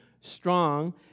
strong